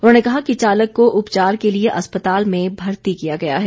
उन्होंने कहा कि चालक को उपचार के लिए अस्पताल में भर्ती किया गया है